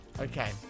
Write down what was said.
Okay